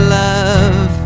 love